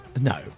no